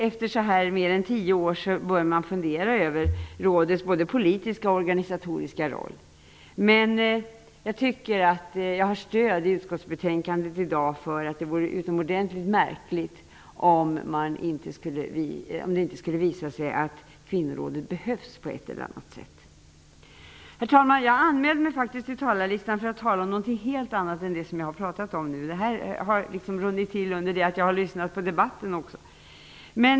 Det är självklart att man efter cirka tio år börjar fundera över rådets både politiska och organisatoriska roll. Men jag tycker att jag i dag har stöd i utskottsbetänkandet för att det vore utomordentligt märkligt om det inte skulle visa sig att Kvinnorådet behövs på ett eller annat sätt. Herr talman! Jag anmälde mig faktiskt till talarlistan för att tala om någonting helt annat än vad jag nu har gjort. Det här är något som har runnit till medan jag har lyssnat på debatten.